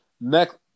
next